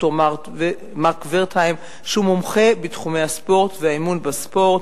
ד"ר מארק ורטהיים שהוא מומחה בתחומי הספורט והאימון בספורט,